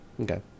Okay